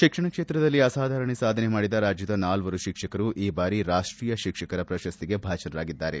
ಶಿಕ್ಷಣ ಕ್ಷೇತ್ರದಲ್ಲಿ ಅಸಾಧಾರಣ ಸಾಧನೆ ಮಾಡಿದ ರಾಜ್ಯದ ನಾಲ್ವರು ಶಿಕ್ಷಕರು ಈ ಬಾರಿ ರಾಷ್ಟೀಯ ಶಿಕ್ಷಕರ ಪ್ರಶಸ್ತಿಗೆ ಭಾಜನರಾಗಿದ್ದಾರೆ